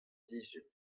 sizhun